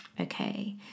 okay